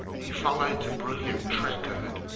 he followed the brilliant track of it,